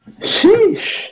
sheesh